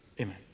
amen